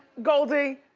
goldie?